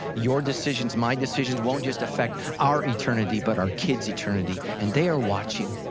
your decisions, my decisions won't just affect our eternity, but our kids eternity and they are watching.